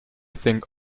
think